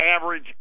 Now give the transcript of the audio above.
average